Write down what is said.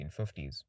1950s